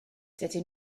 dydyn